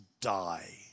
die